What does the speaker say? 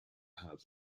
hub